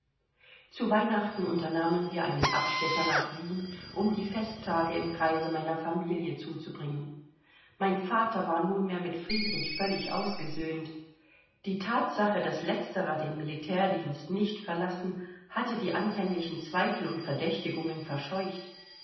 zu weihnachten unternahmen wir einen abstecher nach wien um die festtage im kreise meiner familie zuzubringen mein vater war nunmehr mit friedrich völlig ausgesöhnt die thatsache daß letzterer den militärdienst nicht verlassen hatte die anfänglichen zweifel und verdächtigungen verscheucht